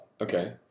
okay